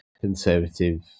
Conservative